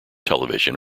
television